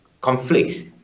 conflicts